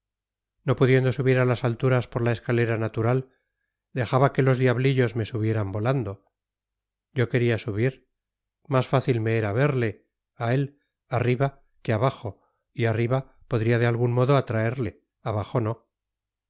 no pudiendo subir a las alturas por la escalera natural dejaba que los diablillos me subieran volando yo quería subir más fácil me era verle a él arriba que abajo y arriba podría de algún modo atraerle abajo no